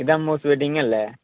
ഇത് അമ്മൂസ് വെഡ്ഡിങ്ങ് അല്ലേ